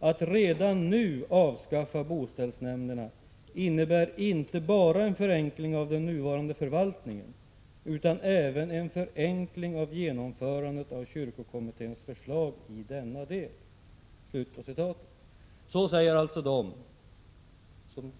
Att redan nu avskaffa boställsnämnderna innebär inte bara en förenkling av den nuvarande förvaltningen, utan även en förenkling av genomförandet av kyrkokommitténs förslag i denna del.” Så säger alltså de som